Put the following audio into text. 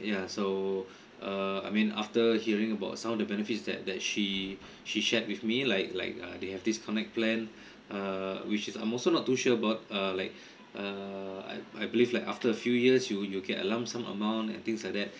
yeah so err I mean after hearing about some of the benefits that that she she shared with me like like uh they have this connect plan err which is I'm also not too sure about err like err I I believe like after a few years you you get a lump sum amount and things like that